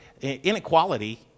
inequality